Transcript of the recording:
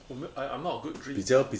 我没 I'm not a good drinker